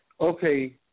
Okay